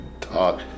talk